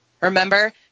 Remember